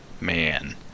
Man